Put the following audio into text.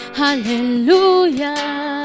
hallelujah